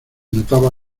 notaba